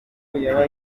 kurya